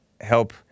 help